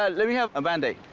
ah let me have a band-aid.